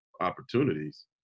opportunities